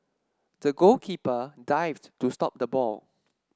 the goalkeeper dived to stop the ball